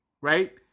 right